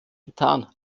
getan